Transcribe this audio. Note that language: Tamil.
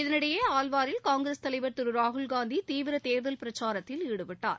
இதனிடையே அல்வாரில் காங்கிரஸ் தலைவர் திரு ராகுல்ஷாந்தி தீவிர தேர்தல் பிரச்சாரத்தில் ஈடுபட்டார்